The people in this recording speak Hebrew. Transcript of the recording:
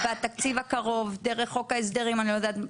בתקציב הקרוב דרך חוק ההסדרים או אני לא יודעת מה,